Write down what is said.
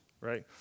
right